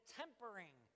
tempering